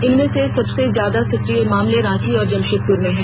इनमें से सबसे ज्यादा सक्रिय मामले रांची और जमशेदपुर में हैं